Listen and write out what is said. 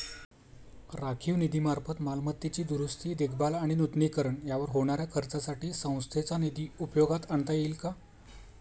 राखीव निधीमार्फत मालमत्तेची दुरुस्ती, देखभाल आणि नूतनीकरण यावर होणाऱ्या खर्चासाठी संस्थेचा निधी उपयोगात आणता येईल का?